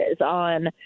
on